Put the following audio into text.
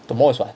tomorrow is what